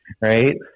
Right